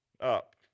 up